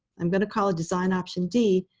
i'm going to call it design option d.